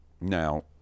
Now